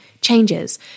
changes